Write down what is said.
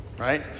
right